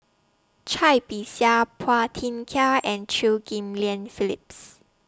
Cai Bixia Phua Thin Kiay and Chew Ghim Lian Phillips